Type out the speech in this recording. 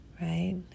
right